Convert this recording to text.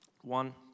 One